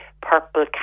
purple